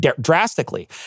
drastically